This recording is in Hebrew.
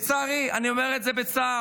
לצערי, אני אומר את זה בצער,